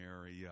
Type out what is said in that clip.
area